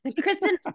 Kristen